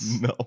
No